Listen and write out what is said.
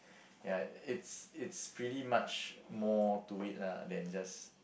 ya it's it's pretty much more to it lah than just